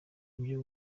ibyo